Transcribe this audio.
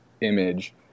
image